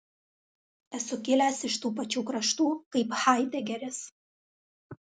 esu kilęs iš tų pačių kraštų kaip haidegeris